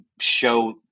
show